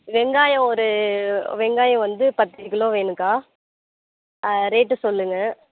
வெங்காயம் ஒரு வெங்காயம் வந்து பத்து கிலோ வேணுங்க்கா ரேட்டு சொல்லுங்க